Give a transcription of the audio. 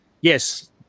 yes